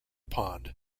pond